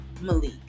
malik